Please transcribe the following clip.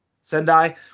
Sendai